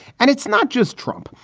and it's not just trump.